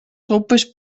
roupas